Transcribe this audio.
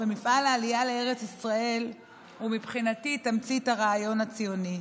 ומפעל העלייה לארץ ישראל הוא מבחינתי תמצית הרעיון הציוני.